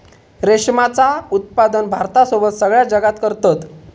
रेशमाचा उत्पादन भारतासोबत सगळ्या जगात करतत